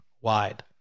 wide